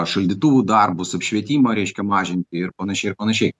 šaldytuvų darbus apšvietimą reiškia mažinti ir panašiai ir panašiai